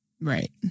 Right